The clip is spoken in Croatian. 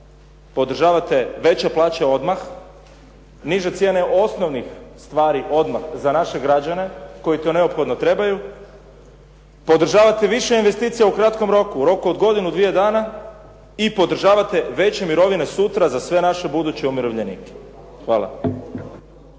Podržavate veće plaće odmah, niže cijene osnovnih stvari odmah za naše građane koji to neophodno trebaju. Podržavate više investicija u kratkom roku, u roku od godinu, dvije dana i podržavate veće mirovine sutra za sve naše buduće umirovljenike. Hvala.